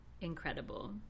Incredible